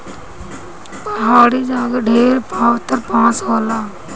पहाड़ी जगे ढेर पातर बाँस होला